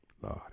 Lord